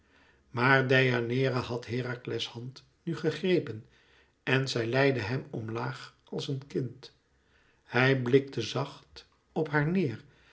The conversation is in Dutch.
maar deianeira had herakles hand nu gegrepen en zij leidde hem omlaag als een kind hij blikte zacht op haar neêr